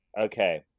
Okay